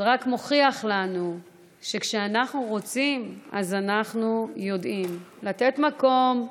זה רק מוכיח לנו שכשאנחנו רוצים אז אנחנו יודעים לתת מקום לאחר,